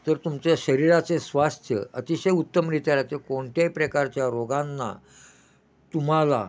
तर तुमच्या शरीराचे स्वास्थ्य अतिशय उत्तमरित्या राहते कोणत्याही प्रकारच्या रोगांना तुम्हाला